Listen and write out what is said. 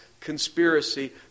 conspiracy